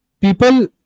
people